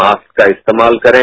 mask का इस्तेमाल करें